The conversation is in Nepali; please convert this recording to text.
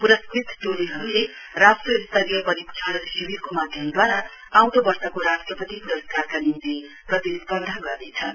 पुरस्कृत टोलीहरुले राष्ट्र स्तरीय परीक्षण शिविरको माध्यमदूवारा आँउदो वर्षको राष्ट्रपति पुरस्कारका निम्ति प्रतिस्पर्धा गर्नेछन्